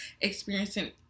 experiencing